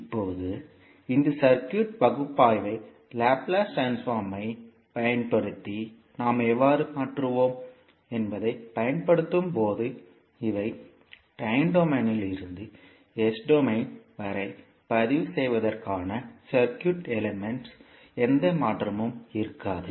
இப்போது இந்த சர்க்யூட் பகுப்பாய்வை லாப்லேஸ் ட்ரான்ஸ்போர்ம்மைப் பயன்படுத்தி நாம் எவ்வாறு மாற்றுவோம் என்பதைப் பயன்படுத்தும்போது இவை டைம் டொமைனில் இருந்து S டொமைன் வரை பதிவு செய்வதற்கான சர்க்யூட் எலிமெண்ட்ஸ் எந்த மாற்றமும் இருக்காது